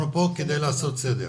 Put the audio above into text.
אנחנו פה כדי לעשות סדר